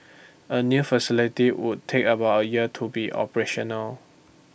A new facility would take about A year to be operational